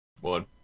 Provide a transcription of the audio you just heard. One